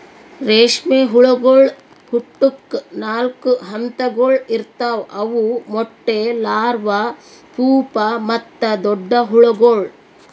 ರೇಷ್ಮೆ ಹುಳಗೊಳ್ ಹುಟ್ಟುಕ್ ನಾಲ್ಕು ಹಂತಗೊಳ್ ಇರ್ತಾವ್ ಅವು ಮೊಟ್ಟೆ, ಲಾರ್ವಾ, ಪೂಪಾ ಮತ್ತ ದೊಡ್ಡ ಹುಳಗೊಳ್